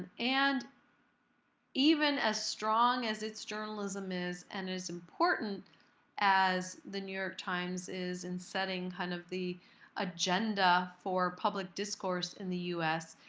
and even as strong as its journalism is and as important as the new york times is in setting kind of the agenda for public discourse in the us,